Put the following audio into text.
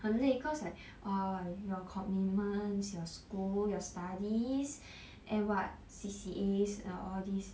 很累 cause like err your commitments your school your studies and what C_C_A_S err all these